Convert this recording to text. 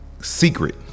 secret